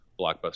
blockbuster